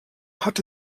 hatte